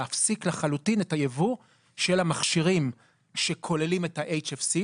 להפסיק לחלוטין את הייבוא של המכשירים שכוללים את ה-HFC,